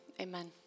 amen